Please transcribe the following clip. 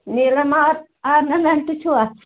نیٖلم آر آرنمنٹٕس چھِوا